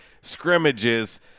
scrimmages